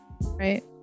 Right